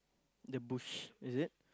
the bush is it